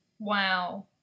Wow